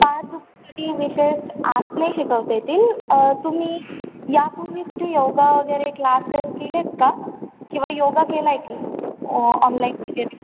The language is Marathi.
पाठदुखीसाठी विशेष आसने शिकवता येतील तुम्ही या पूर्वी कुठे योगा वगैरे क्लासेस केले आहेत का किंवा योगा केला की ऑनलाईन वगैरे